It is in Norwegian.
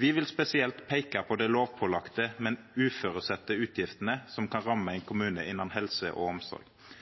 Vi vil spesielt peika på dei lovpålagde, men uføresette utgiftene som kan ramme ein kommune innan helse og omsorg.